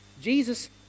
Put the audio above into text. Jesus